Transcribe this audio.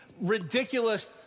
ridiculous